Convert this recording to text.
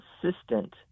consistent